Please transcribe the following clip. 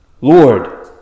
Lord